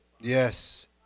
Yes